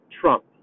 Trump